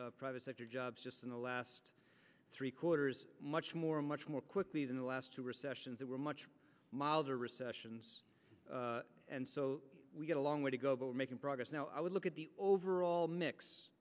private sector jobs just in the last three quarters much more much more quickly than the last two recessions that were much milder recessions and so we've got a long way to go but making progress now i would look at the overall mix